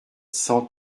cent